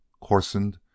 coarsened